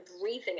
breathing